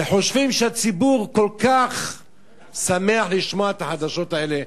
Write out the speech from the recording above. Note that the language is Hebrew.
וחושבים שהציבור כל כך שמח לשמוע את החדשות האלה,